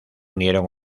unieron